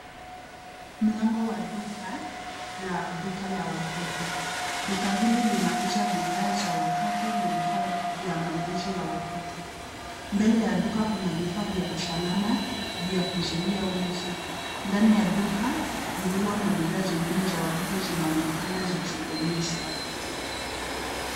Mlango wa duka la duka la watoto. Duka hili linauza bidhaa za watoto na vifaa vya malezi ya watoto. Mbele ya duka kuna vifaa vya usalama vya kuzuia wizi. Ndani ya duka nguo na bidhaa zingine za watoto zinaonekana zikionyeshwa.